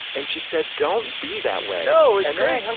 and she said, don't be that way. no, it's great!